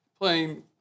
playing